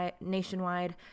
Nationwide